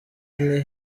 nti